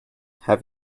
have